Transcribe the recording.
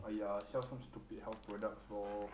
!aiya! sell some stupid health products lor